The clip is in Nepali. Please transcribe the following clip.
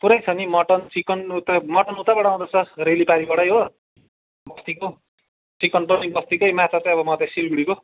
पुरै छ नि मटन चिकन उतै मटन उतैबाट आउँदैछ रेलीपारिबाटै हो बस्तीको चिकन पनि बस्तीकै माछा चाहिँ अब मधेस सिलगुडीको